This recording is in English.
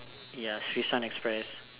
ya sushi express